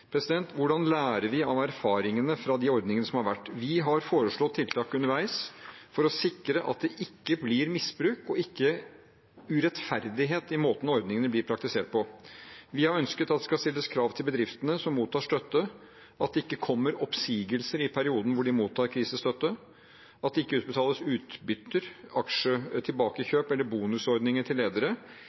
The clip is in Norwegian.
Hvordan lærer vi av erfaringene fra de ordningene som har vært? Vi har foreslått tiltak underveis for å sikre at det ikke blir misbruk og ikke urettferdighet i måten ordningene blir praktisert på. Vi har ønsket at det skal stilles krav til bedriftene som mottar støtte, at det ikke kommer oppsigelser i perioden de mottar krisestøtte, at det ikke utbetales utbytter, aksjetilbakekjøp eller bonus til ledere